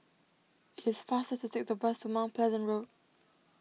it is faster to take the bus to Mount Pleasant Road